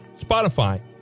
Spotify